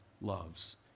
loves